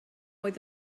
oedd